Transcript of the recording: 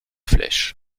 flèche